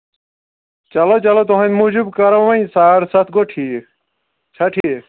چلو چلو تُہنٛدِ موٗجوٗب کَرو وۄنۍ ساڑٕ سَتھ گوٚو ٹھیٖک چھا ٹھیٖک